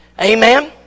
Amen